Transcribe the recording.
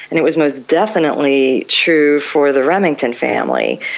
and it was most definitely true for the remington family,